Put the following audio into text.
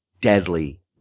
deadly